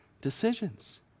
decisions